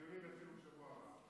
הדיונים יתחילו בשבוע הבא.